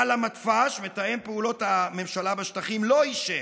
אבל המתפ"ש, מתאם פעולות הממשלה בשטחים, לא אישר.